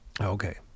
Okay